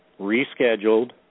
rescheduled